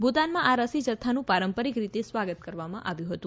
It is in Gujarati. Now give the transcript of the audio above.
ભૂતાનમાં આ રસી જથ્થાનું પારંપરીક રીતે સ્વાગત કરવામાં આવ્યું હતું